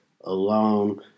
alone